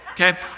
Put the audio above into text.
Okay